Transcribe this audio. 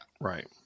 Right